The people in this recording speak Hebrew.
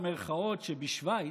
במירכאות, שבשווייץ,